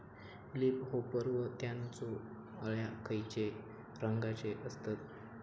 Leaf hopper व त्यानचो अळ्या खैचे रंगाचे असतत?